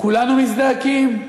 כולנו מזדעקים.